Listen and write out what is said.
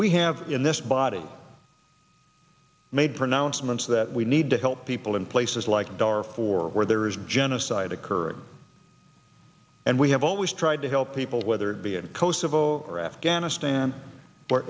we have in this body made pronouncements that we need to help people in places like dollar for where there is a genocide occurred and we have always tried to help people whether it be in kosovo or afghanistan or